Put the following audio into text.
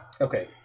Okay